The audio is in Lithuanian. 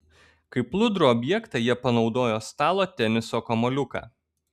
kaip plūdrų objektą jie panaudojo stalo teniso kamuoliuką